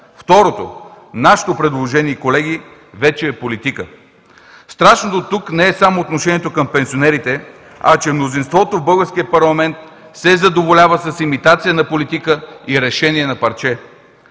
Второто, нашето предложение, колеги, вече е политика. Страшното тук не е само отношението към пенсионерите, а че мнозинството в българския парламент се задоволява с имитация на политика и решение на парче.